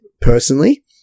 personally